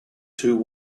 too